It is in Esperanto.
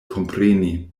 kompreni